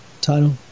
title